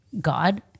God